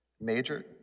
Major